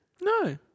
No